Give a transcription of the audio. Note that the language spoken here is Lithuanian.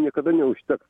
niekada neužteks